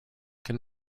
can